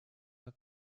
der